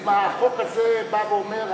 אז מה, החוק הזה בא ואמר "הלו"